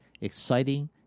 exciting